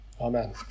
Amen